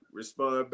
respond